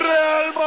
Real